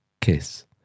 kiss